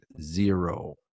Zero